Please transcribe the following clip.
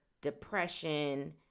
depression